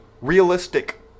realistic